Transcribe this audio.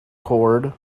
cord